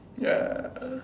ya